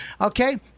Okay